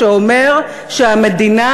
שאומר שהמדינה,